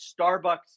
Starbucks